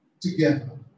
together